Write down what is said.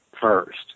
first